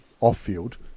off-field